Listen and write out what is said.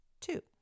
Two